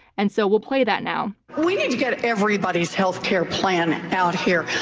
and so we'll play that now. we need to get everybody's healthcare plan out here.